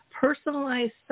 personalized